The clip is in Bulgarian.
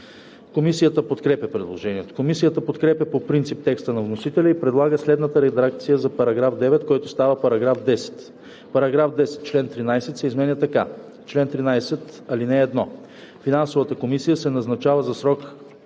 Комисията подкрепя предложението. Комисията подкрепя по принцип текста на вносителя и предлага следната редакция за § 9, който става § 10: „§ 10. Член 13 се изменя така: „Чл. 13. (1) Финансовата комисия се назначава за срок